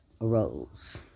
arose